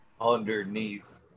underneath